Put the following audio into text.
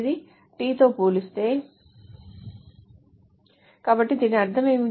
F comp some r F comp t కాబట్టి దాని అర్థం ఏమిటి